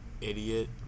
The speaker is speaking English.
idiot